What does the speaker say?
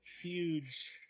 Huge